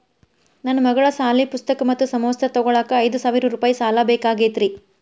ನನ್ನ ಮಗಳ ಸಾಲಿ ಪುಸ್ತಕ್ ಮತ್ತ ಸಮವಸ್ತ್ರ ತೊಗೋಳಾಕ್ ಐದು ಸಾವಿರ ರೂಪಾಯಿ ಸಾಲ ಬೇಕಾಗೈತ್ರಿ